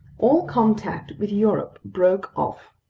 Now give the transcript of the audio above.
all contact with europe broke off.